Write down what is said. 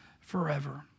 forever